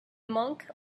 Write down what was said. monk